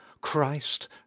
christ